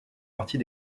partie